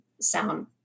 sound